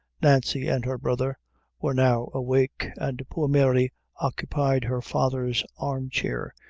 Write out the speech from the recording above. nancy and her brother were now awake, and poor mary occupied her father's arm-chair,